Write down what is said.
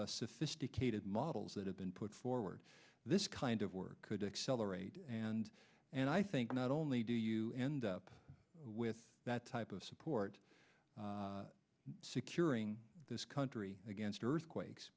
sophisticated models that have been put forward this kind of work could accelerate and and i think not only do you end up with that type of support securing this country against earthquakes